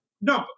No